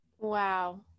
wow